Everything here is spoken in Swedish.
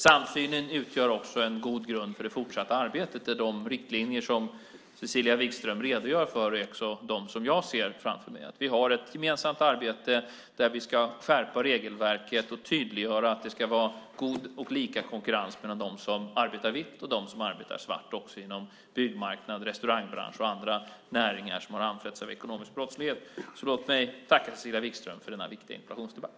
Samsynen utgör en god grund för det fortsatta arbetet, där de riktlinjer som Cecilia Wigström redogör för också är de som jag ser framför mig: att vi har ett gemensamt arbete där vi ska skärpa regelverket och tydliggöra att det ska vara god och lika konkurrens mellan dem som arbetar vitt och dem som arbetar svart också inom byggmarknad, restaurangbransch och andra näringar som har anfrätts av ekonomisk brottslighet. Låt mig tacka Cecilia Wigström för denna viktiga interpellationsdebatt.